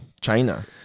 China